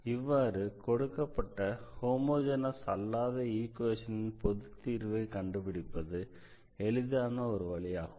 இவ்வாறு கொடுக்கப்பட்ட ஹோமோஜெனஸ் அல்லாத ஈக்வேஷனின் பொதுத்தீர்வை கண்டுபிடிப்பது எளிதான ஒரு வழியாகும்